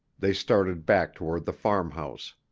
they started back toward the farmhouse.